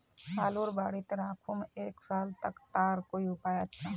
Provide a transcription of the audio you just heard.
आलूर बारित राखुम एक साल तक तार कोई उपाय अच्छा?